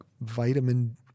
Vitamin